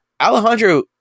Alejandro